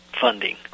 funding